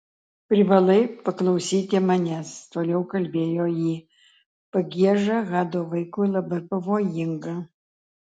privalai paklausyti manęs toliau kalbėjo ji pagieža hado vaikui labai pavojinga